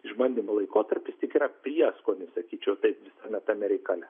išbandymo laikotarpis tik yra prieskonis sakyčiau taip visame tame reikale